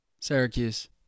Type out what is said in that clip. Syracuse